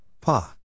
Pa